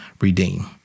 Redeem